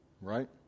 right